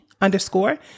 underscore